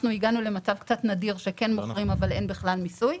אנחנו הגענו למצב קצת נדיר שכן מוכרים אבל אין בכלל מיסוי.